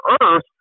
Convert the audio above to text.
Earth